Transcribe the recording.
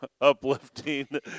uplifting